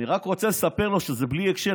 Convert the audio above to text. אני רק רוצה לספר לו שזה בלי קשר,